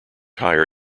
higher